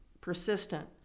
persistent